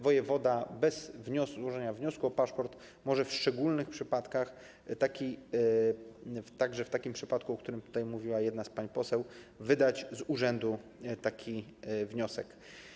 Wojewoda bez złożenia wniosku o paszport może w szczególnych przypadkach, także w takim przypadku, o którym tutaj mówiła jedna z pań poseł, wydać z urzędu taki wniosek.